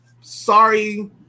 sorry